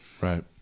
Right